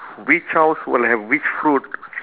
which house will have which fruit